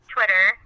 Twitter